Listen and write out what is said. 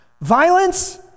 Violence